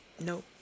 nope